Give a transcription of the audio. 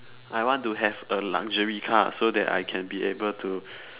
I want to have a luxury car so that I can be able to